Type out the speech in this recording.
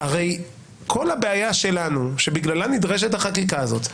כל הבעיה שלנו שבגללה נדרשת החקיקה הזאת,